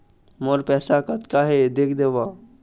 मोर पैसा कतका हे देख देव?